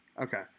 Okay